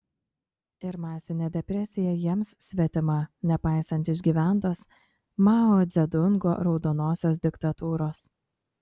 ir masinė depresija jiems svetima nepaisant išgyventos mao dzedungo raudonosios diktatūros